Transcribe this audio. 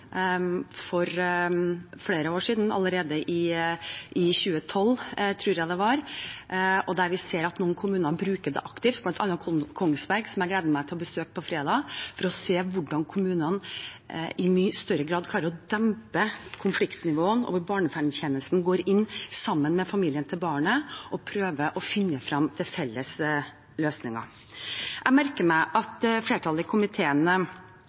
for flere år siden – allerede i 2012, tror jeg det var. Vi ser at noen kommuner bruker det aktivt, bl.a. Kongsberg, som jeg gleder meg til å besøke på fredag, for å se hvordan kommunene i mye større grad klarer å dempe konfliktnivået, og hvor barnevernstjenesten går inn sammen med familien til barnet og prøver å finne frem til felles løsninger. Jeg merker meg at flertallet i komiteen